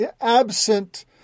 absent